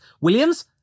Williams